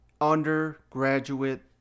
Undergraduate